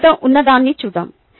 మీ వద్ద ఉన్నదాన్ని చూద్దాం